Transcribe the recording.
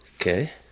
Okay